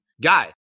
guy